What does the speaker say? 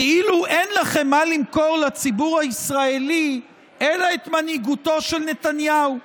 כאילו אין לכם מה למכור לציבור הישראלי אלא את מנהיגותו של נתניהו.